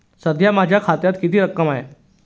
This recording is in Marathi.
सध्या माझ्या खात्यात किती रक्कम आहे?